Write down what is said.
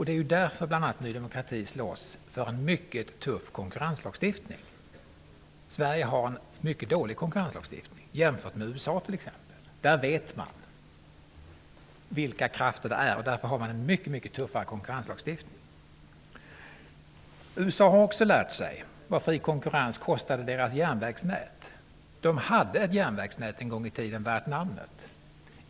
Det är bl.a. därför Ny demokrati slåss för en mycket tuff konkurrenslagstiftning. Sverige har en mycket dålig konkurrenslagstiftning, jämfört med t.ex. USA. Där vet man vilka krafter det handlar om och har därför en mycket tuffare konkurrenslagstiftning. USA har också lärt sig vad fri konkurrens kostade deras järnvägsnät. Där fanns en gång i tiden ett järnvägsnät värt namnet.